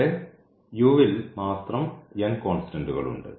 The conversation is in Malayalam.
ഇവിടെ ൽ മാത്രം കോൺസ്റ്റന്റ്കൾ ഉണ്ട്